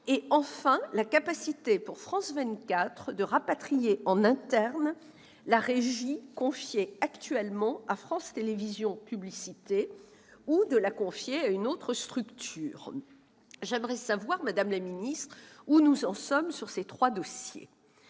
enfin la capacité pour France 24 de rapatrier en interne la régie confiée actuellement à France Télévisions Publicité ou de la confier à une autre structure. J'aimerais savoir, madame la ministre, où nous en sommes sur ces trois dossiers.